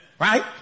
Right